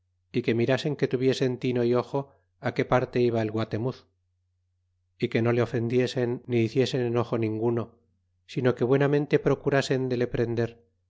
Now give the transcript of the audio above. y que mirasen que tuviesen tino é ojo qué parte iba el guatemuz y que no le ofendiesen ni hiciesen enojo ninguno sino que buenamente procurasen de le prender